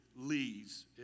lees